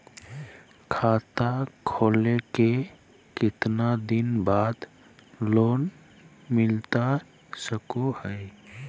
खाता खोले के कितना दिन बाद लोन मिलता सको है?